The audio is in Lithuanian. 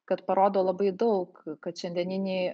kad parodo labai daug kad šiandieniniai